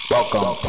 Welcome